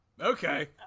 Okay